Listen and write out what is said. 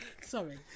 Sorry